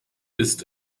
ist